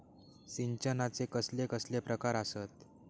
सिंचनाचे कसले कसले प्रकार आसत?